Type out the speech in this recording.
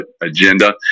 agenda